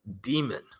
demon